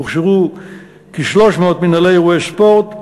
הוכשרו כ-300 מנהלי אירועי ספורט,